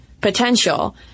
potential